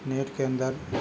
net کے اندر